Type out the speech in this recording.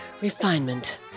refinement